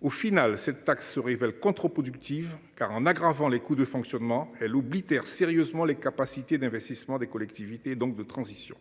Au final, cette taxe se révèle contreproductive car en aggravant les coûts de fonctionnement elle oblitère sérieusement les capacités d'investissement des collectivités donc de transition.